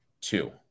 Two